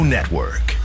Network